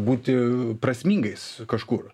būti prasmingais kažkur